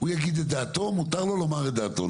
הוא יגיד את דעתו ומותר לו לומר את דעתו.